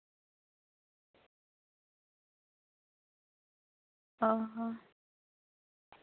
ᱚ ᱦᱚ